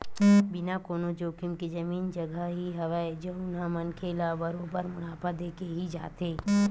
बिना कोनो जोखिम के जमीन जघा ही हवय जउन ह मनखे ल बरोबर मुनाफा देके ही जाथे